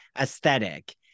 aesthetic